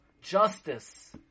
justice